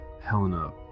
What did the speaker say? Helena